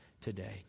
today